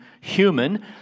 human